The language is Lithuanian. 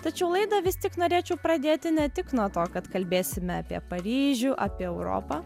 tačiau laidą vis tik norėčiau pradėti ne tik nuo to kad kalbėsime apie paryžių apie europą